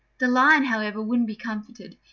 the lion, however, wouldn't be comforted,